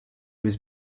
was